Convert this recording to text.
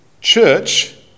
Church